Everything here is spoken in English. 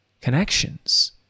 connections